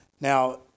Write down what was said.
Now